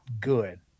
good